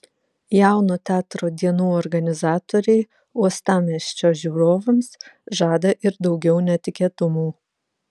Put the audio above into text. jauno teatro dienų organizatoriai uostamiesčio žiūrovams žada ir daugiau netikėtumų